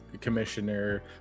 commissioner